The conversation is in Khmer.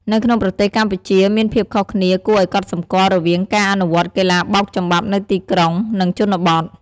នៅក្នុងប្រទេសកម្ពុជាមានភាពខុសគ្នាគួរឲ្យកត់សម្គាល់រវាងការអនុវត្តន៍កីឡាបោកចំបាប់នៅទីក្រុង និងជនបទ។